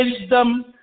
wisdom